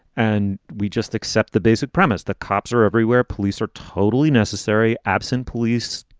and we just accept the basic premise that cops are everywhere. police are totally necessary absent police.